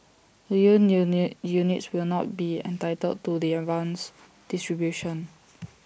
the new unit units will not be entitled to the advanced distribution